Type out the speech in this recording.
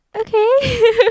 okay